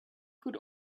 could